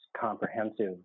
comprehensive